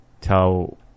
tell